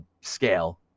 scale